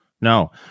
no